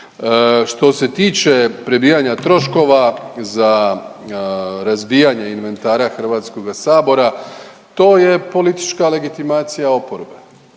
Što se tiče prebijanja troškova za razbijanje inventara HS-a, to je politička legitimacija oporbe.